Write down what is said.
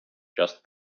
just